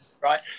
Right